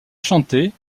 chantée